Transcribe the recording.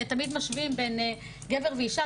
תמיד משווים בין גבר ואישה,